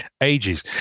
ages